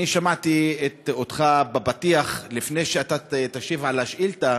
אני שמעתי אותך בפתיח, לפני שתשיב על השאילתה,